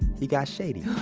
he got shady.